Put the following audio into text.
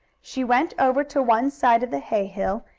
she went over to one side of the hay-hill,